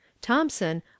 Thompson